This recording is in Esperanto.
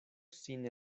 sin